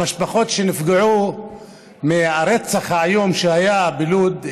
המשפחות שנפגעו מהרצח האיום שהיה בלוד,